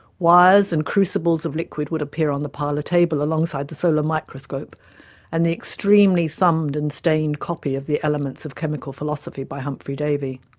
and crucibles of liquids would appear on the parlour table alongside the solar microscope and the extremely thumbed and stained copy of the elements of chemical philosophy by humphrey davy.